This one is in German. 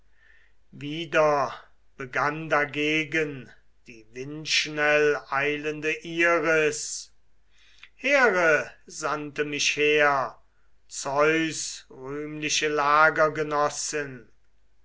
wieder begann dagegen die windschnell eilende iris here sandte mich her zeus rühmliche